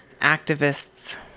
activists